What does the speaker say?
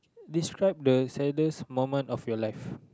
describe the saddest moment of your life